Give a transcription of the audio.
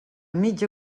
mitja